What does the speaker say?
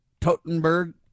Totenberg